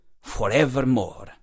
forevermore